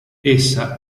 essa